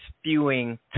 spewing